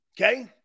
Okay